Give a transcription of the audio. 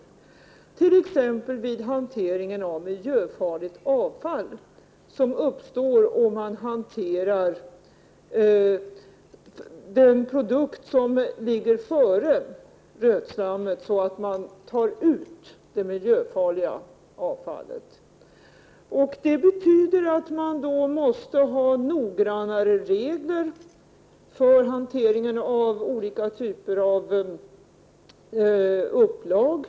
Det gäller t.ex. vid hanteringen av miljöfarligt avfall som uppstår när man hanterar den produkt som så att säga ligger före rötslammet så att det miljöfarliga avfallet tas ut. Det kräver noggrannare regler för hantering av olika typer av upplag.